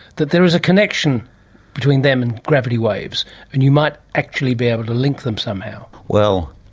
that there is a connection between them and gravity waves and you might actually be able to link them somehow. well,